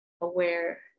aware